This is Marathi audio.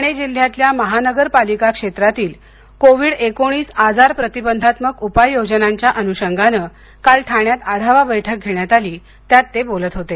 ठाणे जिल्ह्यातल्या महानगरपालिका क्षेत्रातील कोरोना आजार प्रतिबंधात्मक उपाययोजनांच्या अनुषंगाने काल ठाण्यात आढावा बैठक घेण्यात आली त्यात ते बोलत होते